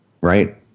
right